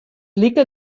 like